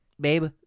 Babe